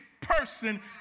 person